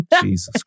Jesus